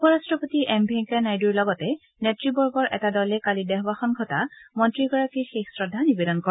উপ ৰাষ্টপতি এম ভেংকায়া নাইড়ৰ লগতে নেতবৰ্গৰ এটা দলে কালি দেহাৱসান ঘটা মন্ত্ৰীগৰাকীক শেষ শ্ৰদ্ধা নিবেদন কৰে